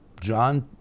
John